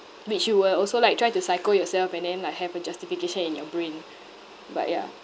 which you will also like try to psycho yourself and then like have a justification in your brain but ya